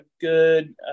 good